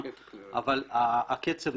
אבל הקצב,